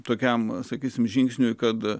tokiam sakysime žingsniui kad